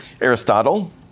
Aristotle